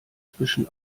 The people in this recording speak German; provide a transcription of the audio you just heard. zwischen